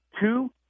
two